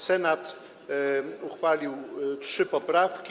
Senat uchwalił trzy poprawki.